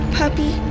puppy